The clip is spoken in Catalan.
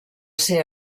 ser